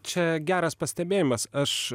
čia geras pastebėjimas aš